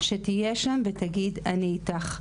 שתהיה שם ותגיד: אני איתך.